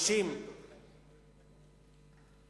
יש